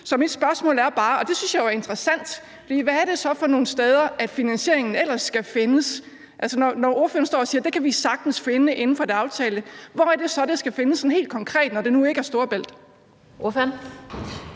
Så mit spørgsmål er bare, og det synes jeg jo er interessant: Hvad er det så for nogle steder, finansieringen ellers skal findes? Altså, når ordføreren står og siger, at det kan vi sagtens finde inden for det aftalte, hvor er det så, det sådan helt konkret skal findes, når det nu ikke er Storebælt? Kl.